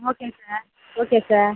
ஓகேங்க sir okay sir